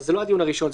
זה לא הדיון הראשון.